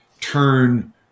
turn